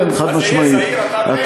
כן, חד-משמעית.